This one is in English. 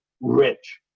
rich